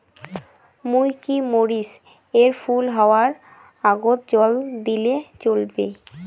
মুই কি মরিচ এর ফুল হাওয়ার আগত জল দিলে চলবে?